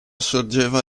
sorgeva